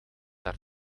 haar